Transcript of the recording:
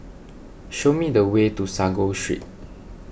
show me the way to Sago Street